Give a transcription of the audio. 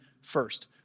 first